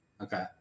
Okay